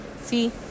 see